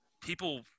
people